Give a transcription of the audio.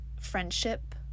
friendship